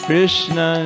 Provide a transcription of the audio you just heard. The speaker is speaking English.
Krishna